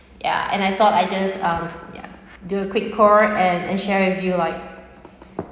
yeah and I thought I just um do quick call and and share with you like